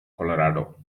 colorado